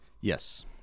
Yes